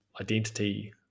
identity